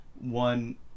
one